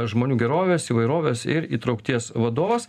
žmonių gerovės įvairovės ir įtraukties vadovas